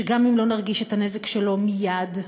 שגם אם לא נרגיש את הנזק שלו מייד,